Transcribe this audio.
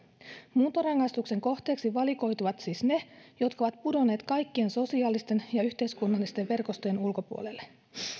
muuntorangaistuksen kohteeksi valikoituvat siis ne jotka ovat pudonneet kaikkien sosiaalisten ja yhteiskunnallisten verkostojen ulkopuolelle